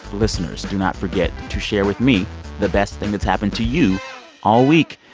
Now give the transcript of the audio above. listeners, do not forget to share with me the best thing that's happened to you all week.